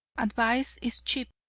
advice is cheap,